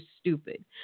stupid